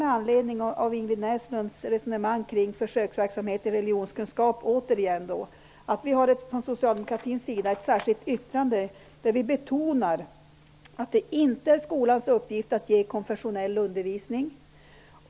Med anledning av Ingrid Näslunds resonemang kring försöksverksamhet i religionskunskap vill jag återigen säga att Socialdemokraterna har ett särskilt yttrande. I det betonar vi att det inte är skolans uppgift att ge konfessionell undervisning.